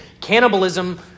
cannibalism